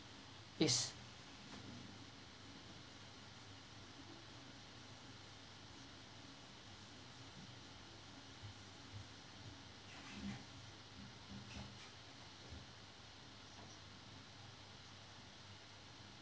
yes